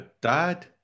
Dad